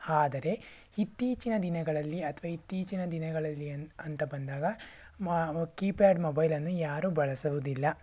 ಆದರೆ ಇತ್ತೀಚಿನ ದಿನಗಳಲ್ಲಿ ಅಥವಾ ಇತ್ತೀಚಿನ ದಿನಗಳಲ್ಲಿ ಅನ್ ಅಂತ ಬಂದಾಗ ಮೊ ಕೀಪ್ಯಾಡ್ ಮೊಬೈಲನ್ನು ಯಾರೂ ಬಳಸುವುದಿಲ್ಲ